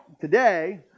Today